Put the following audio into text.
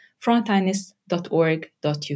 frontinus.org.uk